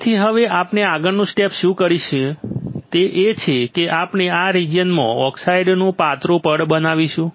તેથી હવે આપણે આગળનું સ્ટેપ શું કરીશું તે છે કે આપણે આ રીજીયનમાં ઓક્સાઇડનું પાતળું પડ બનાવીશું